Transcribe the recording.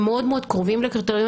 הם מאוד מאוד קרובים לקריטריונים.